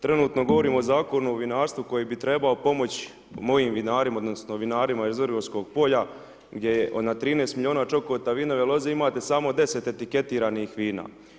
Trenutno govorim o Zakonu o vinarstvu koji bi trebalo pomoć mojim vinarima odnosno vinarima iz vrgorskog polja gdje je na 13 milijuna čokota vinove loze imate samo 10 etiketiranih vina.